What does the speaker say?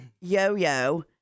yo-yo